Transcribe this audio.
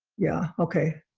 yeah, okay.